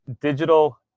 Digital